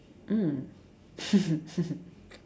mm